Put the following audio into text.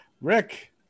Rick